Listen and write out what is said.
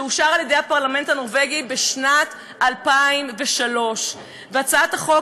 שאושר על-ידי הפרלמנט הנורבגי בשנת 2003. והצעת החוק